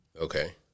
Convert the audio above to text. Okay